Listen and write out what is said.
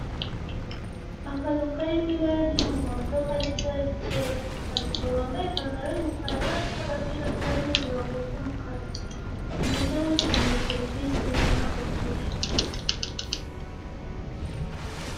Akazu kari mu ibara ry'umuhondo kanditseho emutiyene, hari umugabo wambaye ipantaro y'umukara n'agapira karimo uburonko bw'umukara, umeze nk'ukeneye serivise muri ako kazu.